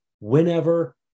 whenever